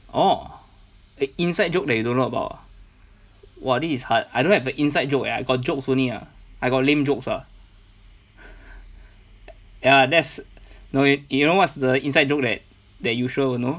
orh inside joke that you don't know about ah !wah! this is hard I don't have a inside joke leh I got jokes only lah I got lame jokes lah ya that's no you know what's the inside joke that that you sure will know